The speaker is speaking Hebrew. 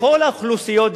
לכל האוכלוסיות,